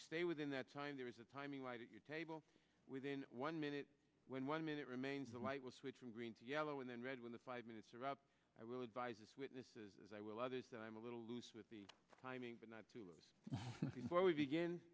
you stay within that time there is a timing light at your table within one minute when one minute remains the light will switch from green to yellow and then red when the five minutes are up i will advise as witnesses as i will others that i am a little loose with the timing but not to us before we begin